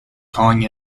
calling